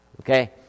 Okay